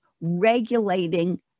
regulating